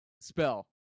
spell